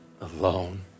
alone